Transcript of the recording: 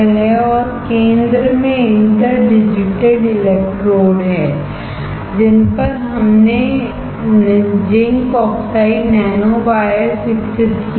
और केंद्र में इंटर डिजिटेड इलेक्ट्रोड हैं जिन पर हमने जिंक ऑक्साइड नैनो वायर्स विकसित किए है